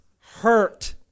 hurt